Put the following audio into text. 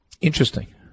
Interesting